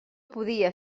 podia